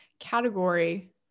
category